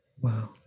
Wow